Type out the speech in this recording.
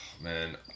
Man